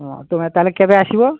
ହଁ ତୁମେ ତାହାହେଲେ କେବେ ଆସିବ